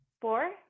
four